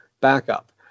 backup